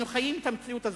אנחנו חיים את המציאות הזאת.